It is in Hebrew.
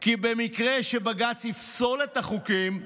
כי במקרה שבג"ץ יפסול את החוקים,